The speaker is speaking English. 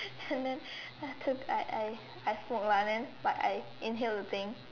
and then after that I I I smoke lah then but I inhaled the thing